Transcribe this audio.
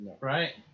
Right